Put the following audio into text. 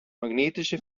magnetische